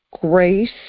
grace